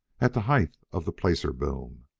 at the height of the placer boom.